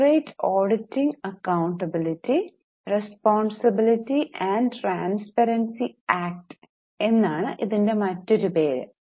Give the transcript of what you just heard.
corporate auditing accountability responsibility and transparency act എന്നാണ് ഇതിന്റെ മറ്റൊരു പേര്